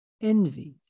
envy